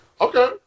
Okay